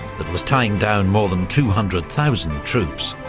that was tying down more than two hundred thousand troops.